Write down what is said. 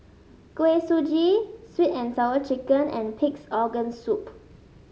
Kuih Suji Sweet and Sour Chicken and Pig's Organ Soup